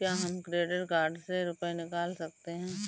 क्या हम credit card से रुपये निकाल सकते हैं?